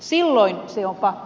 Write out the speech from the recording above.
silloin se on pakko